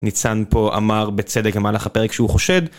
ניצן פה אמר בצדק במהלך הפרק שהוא חושד